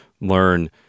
learn